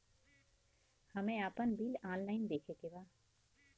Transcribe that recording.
हमे आपन bill online देखे के बा?